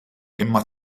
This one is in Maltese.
imma